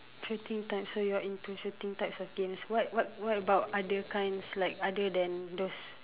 shooting types so you're into shooting types of games what what what about other kinds like other than those